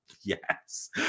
yes